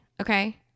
Okay